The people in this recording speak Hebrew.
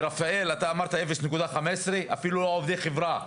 ברפאל אתה אמרת 0.15. אפילו העובדי חברה.